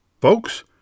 Folks